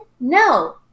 No